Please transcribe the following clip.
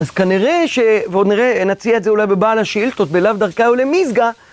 אז כנראה ש... ועוד נראה, נציע את זה אולי בבעל השילטות, בלב דרכי או למסגה.